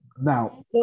Now